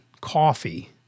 Coffee